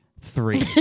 three